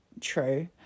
True